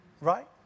Right